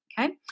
Okay